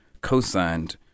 co-signed